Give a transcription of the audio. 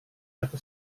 aku